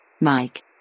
Mike